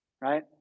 right